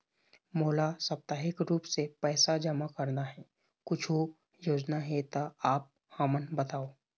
मोला साप्ताहिक रूप से पैसा जमा करना हे, कुछू योजना हे त आप हमन बताव?